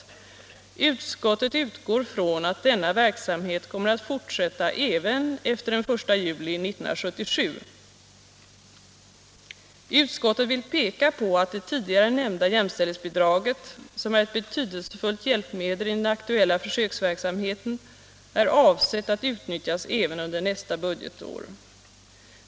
Utskottet utgår från att denna verksamhet kommer att fortsätta även efter den 1 juli 1977. Utskottet vill peka på att det tidigare nämnda jämställdhetsbidraget, som är ett betydelsefullt hjälpmedel i den aktuella försöksverksamheten, är avsett att utnyttjas även under nästa budgetår.